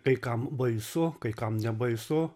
kai kam baisu kai kam nebaisu